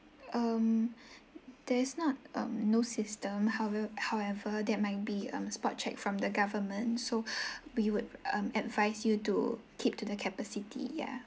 um that is not um new system howev~ however that might be a spot check from the government so we would um advise you to keep to the capacity ya